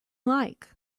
like